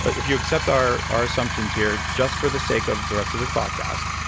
if you accept our our assumptions here, just for the sake of the rest of this podcast,